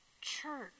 Church